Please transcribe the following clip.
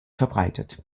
verbreitet